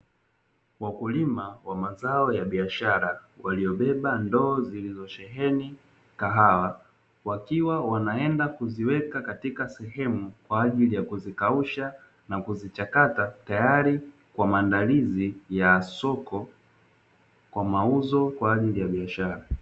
Wakulima wa mazao ya biashara, waliobeba ndoo zilizosheheni kahawa, wakiwa wanaenda kuziweka katika sehemu kwa ajili ya kuzikausha na kuzichakata tayari kwa maandalizi ya soko, kwa mauzo kwa ajili ya biashara.